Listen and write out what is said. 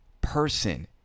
person